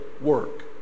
work